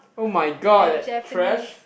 oh-my-god that trash